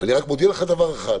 אני רק מודיע לך דבר אחד,